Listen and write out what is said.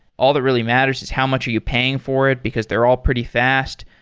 all that really matters is how much are you paying for it, because they're all pretty fast.